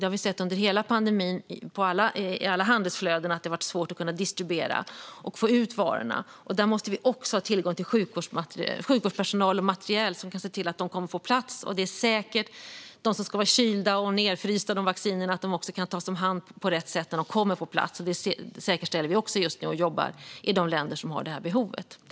Vi har sett under hela pandemin i alla handelsflöden att det har varit svårt att distribuera och få ut varorna. Där måste vi ha tillgång till sjukvårdspersonal som ser till att materielen kommer på plats, att det är säkert och att de vacciner som ska vara kylda och nedfrysta tas om hand på rätt sätt när de kommer. Detta säkerställer vi just nu i de länder som har det behovet.